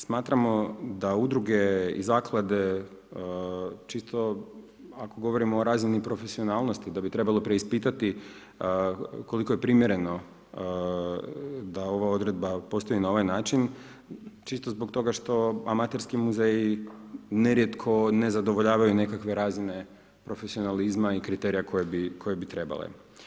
Smatramo da udruge i zaklade čisto ako govorimo o razini profesionalnosti, da bi trebalo preispitati koliko je primjereno da ova odredba postoji na ovaj način, čisto zbog toga što amaterski muzeji nerijetko ne zadovoljavaju nekakve razine profesionalizma i kriterija koje bi trebale.